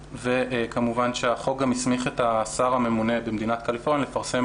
כמובן שהחוק גם הסמיך את השר הממונה במדינת קליפורניה לפרסם